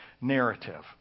narrative